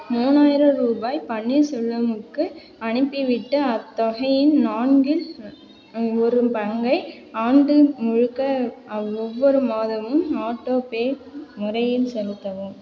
மூணாயிரம் ரூபாய் பன்னீர்செல்வமுக்கு அனுப்பிவிட்டு அத்தொகையின் நான்கில் ஒரு பங்கை ஆண்டு முழுக்க ஒவ்வொரு மாதமும் ஆட்டோபே முறையில் செலுத்தவும்